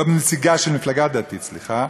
לא נציגה של מפלגה דתית, סליחה,